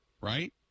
right